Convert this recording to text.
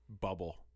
Bubble